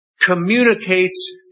communicates